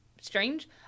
strange